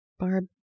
Barb